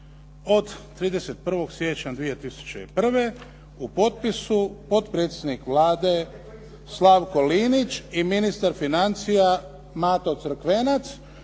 od 31. siječnja 2001. u potpisu potpredsjednik Vlade Slavko Linić i ministar financija Mato Crkvenac.